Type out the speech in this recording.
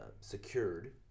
secured